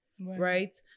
right